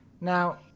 Now